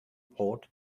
port